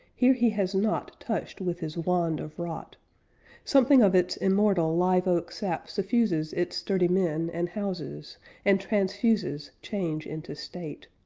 here he has not touched with his wand of rot something of its immortal live-oak sap suffuses its sturdy men and houses and transfuses change into state.